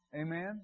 Amen